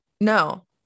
no